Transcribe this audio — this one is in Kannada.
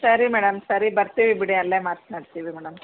ಸರಿ ಮೇಡಮ್ ಸರಿ ಬರ್ತೀವಿ ಬಿಡಿ ಅಲ್ಲೆ ಮಾತನಾಡ್ತಿವಿ ಮೇಡಮ್